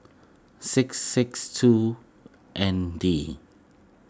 six six two N D